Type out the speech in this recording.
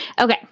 Okay